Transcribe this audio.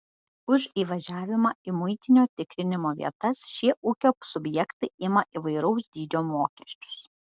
už įvažiavimą į muitinio tikrinimo vietas šie ūkio subjektai ima įvairaus dydžio mokesčius